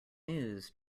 news